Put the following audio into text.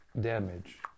damage